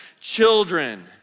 children